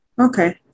Okay